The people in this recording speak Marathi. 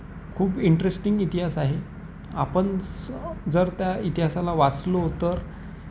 खूप इंटरेस्टिंग इतिहास आहे आपण स जर त्या इतिहासाला वाचलो तर